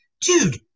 dude